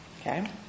Okay